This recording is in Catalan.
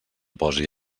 posi